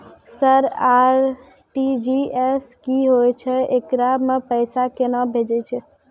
Sir RTGS की होय छै, एकरा से पैसा केना भेजै छै?